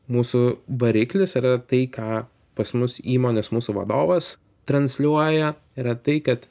mūsų variklis yra tai ką pas mus įmonės mūsų vadovas transliuoja retai kad